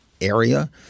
area